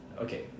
okay